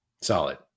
Solid